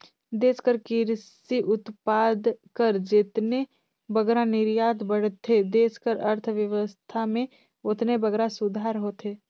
देस कर किरसी उत्पाद कर जेतने बगरा निरयात बढ़थे देस कर अर्थबेवस्था में ओतने बगरा सुधार होथे